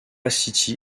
city